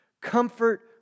comfort